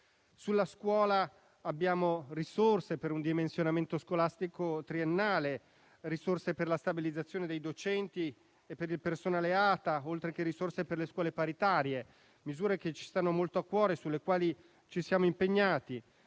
Sulla scuola abbiamo risorse per un dimensionamento scolastico triennale, per la stabilizzazione dei docenti e per il personale ATA, oltre che per le scuole paritarie: misure che ci stanno molto a cuore e sulle quali ci siamo impegnati.